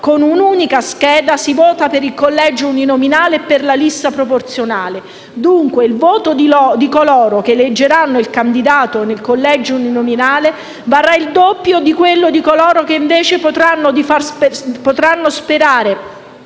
con un'unica scheda si vota per il collegio uninominale e per la lista proporzionale. Dunque il voto di coloro che eleggeranno il candidato nel collegio uninominale varrà il doppio di quello di coloro che invece potranno sperare